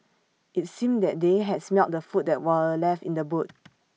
IT seemed that they had smelt the food that were left in the boot